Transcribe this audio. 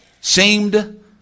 seemed